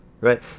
Right